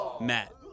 Matt